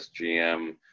SGM